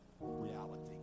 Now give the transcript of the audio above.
reality